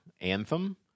Anthem